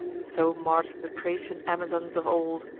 so march'd the tracian amazons of old,